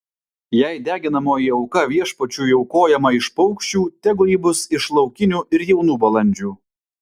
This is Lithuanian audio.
jei deginamoji auka viešpačiui aukojama iš paukščių tegu ji bus iš laukinių ir jaunų balandžių